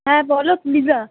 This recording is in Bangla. হ্যাঁ বলো লিজা